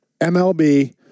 MLB